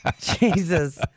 Jesus